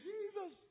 Jesus